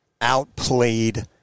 outplayed